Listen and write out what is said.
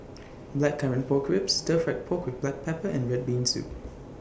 Blackcurrant Pork Ribs Stir Fried Pork with Black Pepper and Red Bean Soup